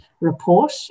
report